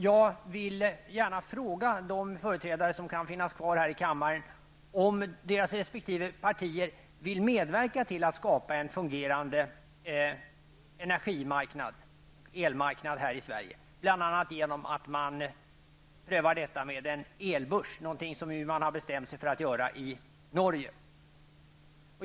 Jag vill gärna fråga de företrädare som finns kvar här i kammaren om deras resp. partier vill medverka till att skapa en fungerande energimarknad, elmarknad, här i Sverige bl.a. genom att man prövar detta med en elbörs. Det är någonting som man har bestämt sig för att göra i Norge.